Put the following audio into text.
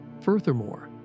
Furthermore